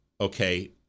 okay